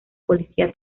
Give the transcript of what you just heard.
policía